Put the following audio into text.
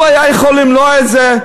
הוא היה יכול למנוע את זה.